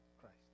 Christ